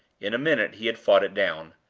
in a minute he had fought it down.